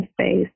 space